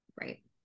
Right